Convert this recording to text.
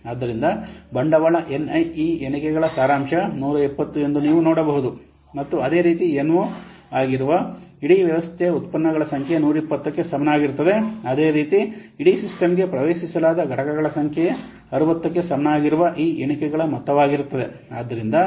ಆದ್ದರಿಂದ ಬಂಡವಾಳ N i ಈ ಎಣಿಕೆಗಳ ಸಾರಾಂಶ 120 ಎಂದು ನೀವು ನೋಡಬಹುದು ಮತ್ತು ಅದೇ ರೀತಿ N o ಆಗಿರುವ ಇಡೀ ವ್ಯವಸ್ಥೆಯ ಉತ್ಪನ್ನಗಳ ಸಂಖ್ಯೆ 120 ಕ್ಕೆ ಸಮಾನವಾಗಿರುತ್ತದೆ ಅದೇ ರೀತಿ ಇಡೀ ಸಿಸ್ಟಮ್ಗೆ ಪ್ರವೇಶಿಸಲಾದ ಘಟಕಗಳ ಸಂಖ್ಯೆಯು 60 ಕ್ಕೆ ಸಮನಾಗಿರುವ ಈ ಎಣಿಕೆಗಳ ಮೊತ್ತವಾಗಿರುತ್ತದೆ